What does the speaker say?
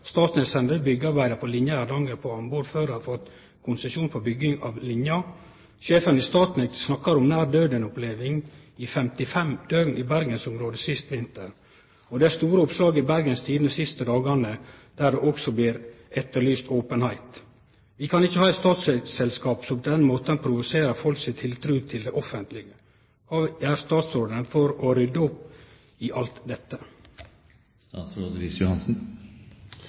sender byggjearbeida på linja i Hardanger ut på anbod før dei har fått konsesjon for bygging av linja. Sjefen i Statnett snakkar om ei nær døden-oppleving i 55 døgn i Bergensområdet sist vinter. Og det har vore store oppslag i Bergens Tidende dei siste dagane der det òg blir etterlyst openheit. Vi kan ikkje ha eit statsselskap som på denne måten provoserer folk si tiltru til det offentlege. Kva gjer statsråden for å rydde opp i